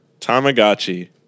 Tamagotchi